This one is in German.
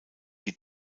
die